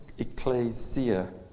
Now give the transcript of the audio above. Ecclesia